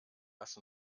lasst